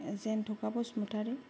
Jenthka Basumatary